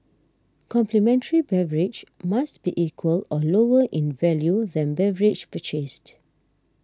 complimentary beverage must be equal or lower in value than beverage purchased